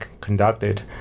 conducted